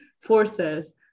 forces